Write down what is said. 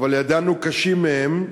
אבל ידענו קשים מהם,